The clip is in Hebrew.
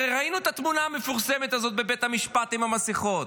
הרי ראינו את התמונה המפורסמת הזאת בבית המשפט עם המסכות.